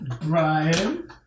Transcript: brian